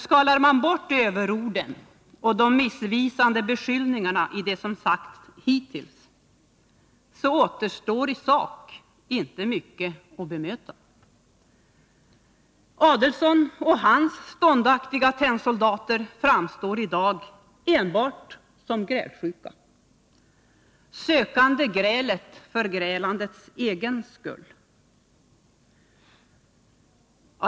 Skalar man bort överorden och de missvisande beskyllningarna i det som sagts hittills återstår i sak inte mycket att bemöta. Ulf Adelsohn och hans ståndaktiga tennsoldater framstår i dag enbart som grälsjuka, sökande grälet för grälandets egen skull.